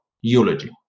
eulogy